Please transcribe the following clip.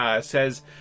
says